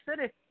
City